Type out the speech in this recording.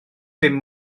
bum